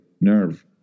nerve